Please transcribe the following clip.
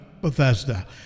Bethesda